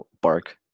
Bark